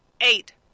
Eight